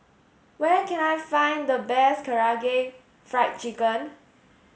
where can I find the best Karaage Fried Chicken